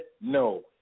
No